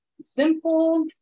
simple